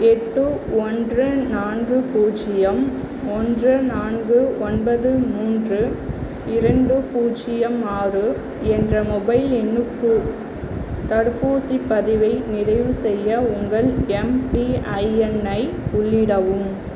எட்டு ஒன்று நான்கு பூஜ்ஜியம் ஒன்று நான்கு ஒன்பது மூன்று இரண்டு பூஜ்ஜியம் ஆறு என்ற மொபைல் எண்ணுக்கு தடுப்பூசிப் பதிவை நிறைவு செய்ய உங்கள் எம்பிஐஎன் ஐ உள்ளிடவும்